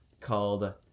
called